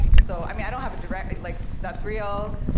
so i mean, i don't have a direct, like that's real.